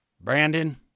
Brandon